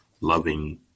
loving